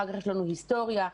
היסטוריה,